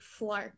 Flark